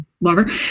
lover